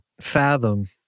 fathom